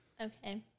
okay